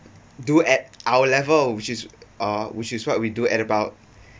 do at our level which is uh which is what we do at about